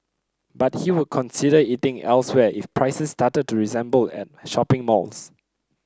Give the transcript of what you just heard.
but he would consider eating elsewhere if prices started to resemble at shopping malls